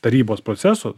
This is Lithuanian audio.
tarybos procesų